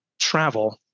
travel